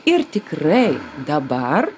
ir tikrai dabar